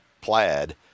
Plaid